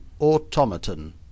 automaton